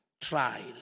trial